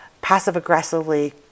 passive-aggressively